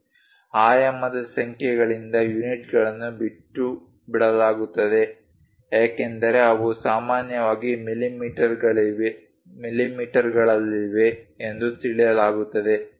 ಆಯಾಮದ ಸಂಖ್ಯೆಗಳಿಂದ ಯೂನಿಟ್ಗಳನ್ನು ಬಿಟ್ಟುಬಿಡಲಾಗುತ್ತದೆ ಏಕೆಂದರೆ ಅವು ಸಾಮಾನ್ಯವಾಗಿ ಮಿಲಿಮೀಟರ್ಗಳಲ್ಲಿವೆ ಎಂದು ತಿಳಿಯಲಾಗುತ್ತದೆ